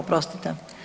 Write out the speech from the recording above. Oprostite.